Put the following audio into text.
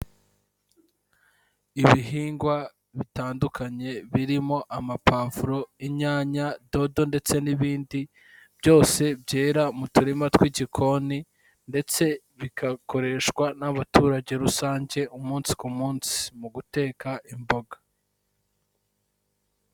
Ibihingwa bitandukanye birimo amapavuro, inyanya, dodo ndetse n'ibindi, byose byera mu turima tw'igikoni ndetse bigakoreshwa n'abaturage rusange umunsi ku munsi mu guteka imboga.